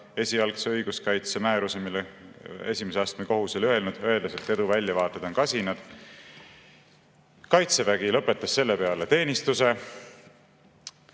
esialgse õiguskaitse määruse, mille esimese astme kohus [oli teinud], öeldes, et eduväljavaated on kasinad. Kaitsevägi lõpetas selle peale teenistus[suhte].